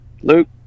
Luke